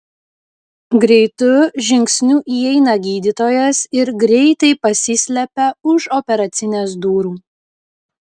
greitu žingsniu įeina gydytojas ir greitai pasislepia už operacinės durų